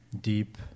deep